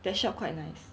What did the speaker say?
the shop quite nice